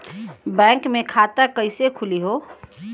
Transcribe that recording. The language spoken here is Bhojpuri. बैक मे खाता कईसे खुली हो?